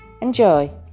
Enjoy